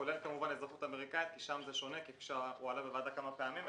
כולל כמובן אזרחות אמריקאית כי שם זה שונה כפי שהועלה בוועדה כמה פעמים.